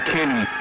Kenny